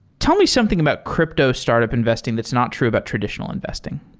tell me something about crypto startup investing that's not true about traditional investing.